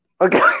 Okay